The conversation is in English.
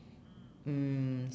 mm